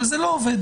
אבל זה לא עובד,